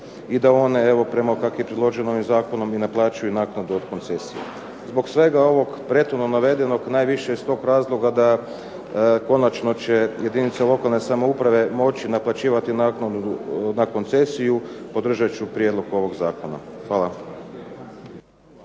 i da one evo prema takvom predloženom zakonu i naplaćuju naknadu od koncesija. Zbog svega ovog prethodno navedenog najviše iz tog razloga da konačno će jedinice lokalne samouprave moći naplaćivati naknadu na koncesiju podržat ću prijedlog ovog zakona. Hvala.